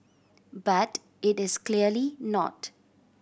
but it is clearly not